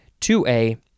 2A